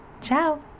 ciao